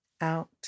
out